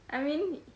I mean